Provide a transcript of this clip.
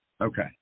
Okay